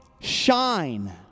shine